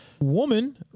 Woman